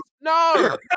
No